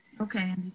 Okay